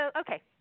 Okay